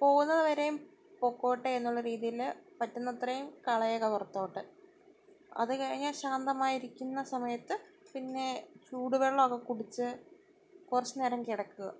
പോകുന്നത് വരേം പൊക്കോട്ടെ എന്നുള്ള രീതിയിൽ പറ്റുന്നത്രേം കളയുക പുറത്തോട്ട് അത് കഴിഞ്ഞാൽ ശാന്തമായിരിക്കുന്നു സമയത്ത് പിന്നെ ചൂട് വെള്ളം ഒക്കെ കുടിച്ച് കുറച്ച് നേരം കിടക്കുക